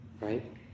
right